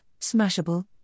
smashable